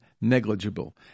negligible